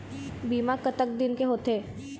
बीमा कतक दिन के होते?